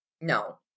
no